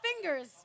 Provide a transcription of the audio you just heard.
fingers